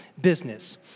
business